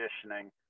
conditioning